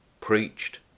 preached